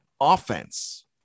offense